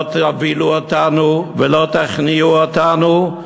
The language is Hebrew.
לא תבהילו אותנו ולא תכניעו אותנו,